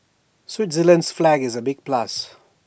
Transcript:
Switzerland's flag is A big plus